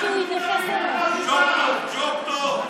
ג'וב טוב.